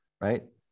right